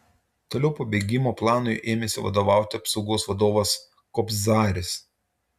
toliau pabėgimo planui ėmėsi vadovauti apsaugos vadovas kobzaris